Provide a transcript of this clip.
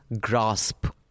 grasp